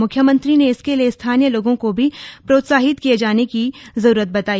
मुख्यमंत्री ने इसके लिए स्थानीय लोगों को भी प्रोत्साहित किए जाने की जरूरत बताई